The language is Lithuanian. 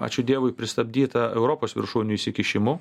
ačiū dievui pristabdyta europos viršūnių įsikišimu